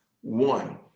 one